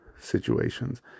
situations